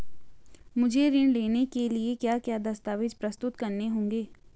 मुझे ऋण लेने के लिए क्या क्या दस्तावेज़ प्रस्तुत करने होंगे?